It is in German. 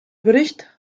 bericht